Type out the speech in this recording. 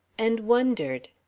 and wondered.